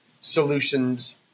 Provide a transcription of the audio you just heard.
solutions